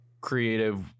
creative